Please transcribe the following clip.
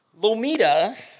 Lomita